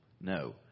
No